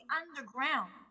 underground